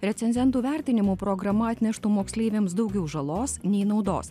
recenzentų vertinimo programa atneštų moksleiviams daugiau žalos nei naudos